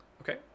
Okay